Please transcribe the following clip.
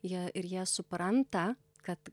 jie ir jie supranta kad